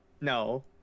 No